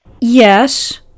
Yes